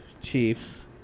Chiefs